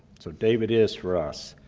so david is, for us,